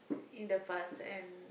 in the past and